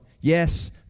Yes